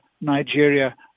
Nigeria